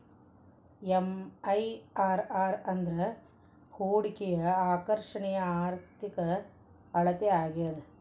MIRR ಅಂದ್ರ ಹೂಡಿಕೆಯ ಆಕರ್ಷಣೆಯ ಆರ್ಥಿಕ ಅಳತೆ ಆಗ್ಯಾದ